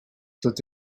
tot